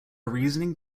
reasoning